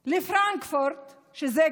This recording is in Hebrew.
לימוד זה יותר טוב מאשר הפטור הזה שאתה